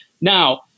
Now